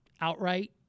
outright